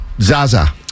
Zaza